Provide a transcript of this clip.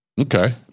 Okay